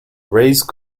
raised